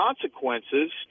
consequences